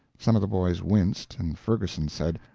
some of the boys winced, and ferguson said,